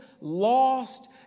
lost